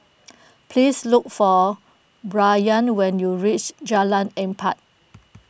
please look for Brayan when you reach Jalan Empat